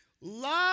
love